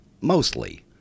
mostly